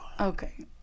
Okay